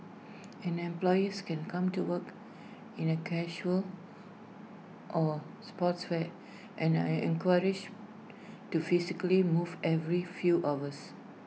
in employees can come to work in A casual or sportswear and are encouraged to physically move every few hours